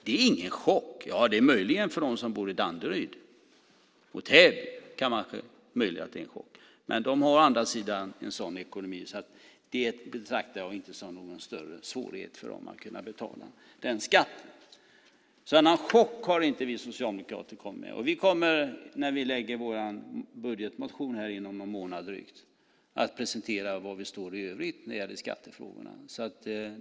Det är ingen chock utom möjligen för dem som bor i Danderyd och Täby. Det kan möjligen vara en chock för dem, men de har å andra sidan en sådan ekonomi att jag inte betraktar det som någon större svårighet för dem att betala den skatten. Någon chock har inte vi socialdemokrater kommit med. När vi lägger fram vår budgetmotion om drygt en månad kommer vi att presentera var vi står i övrigt när det gäller skattefrågorna.